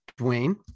Dwayne